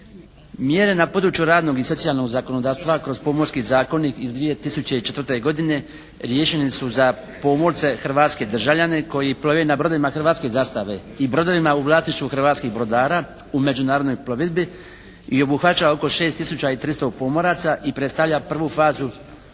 Mjere na području radnog i socijalnog zakonodavstva kroz Pomorski zakonik iz 2004. godine riješeni su za pomorce, hrvatske državljane koji plove na brodovima hrvatske zastave i brodovima u vlasništvu hrvatskih brodara u međunarodnoj plovidbi i obuhvaća oko 6300 pomoraca i predstavlja prvu fazu